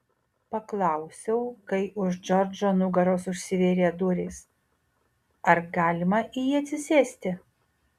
paklausiau kai už džordžo nugaros užsivėrė durys ar galima į jį atsisėsti